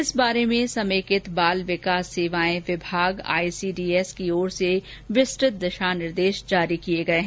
इस बारे भें समेकित बाल विकास सेवाये विभाग आईसीडीएस की ओर से विस्तृत दिशानिर्देश जारी किये गये हैं